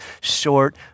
short